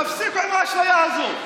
תפסיקו עם האשליה הזאת.